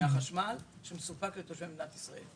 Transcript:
מהחשמל שמסופק לתושבי מדינת ישראל.